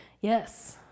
Yes